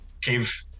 cave